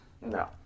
No